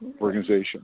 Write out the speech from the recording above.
organization